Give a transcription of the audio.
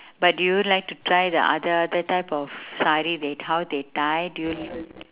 but do you like to try the other other type of sari they how they tie do you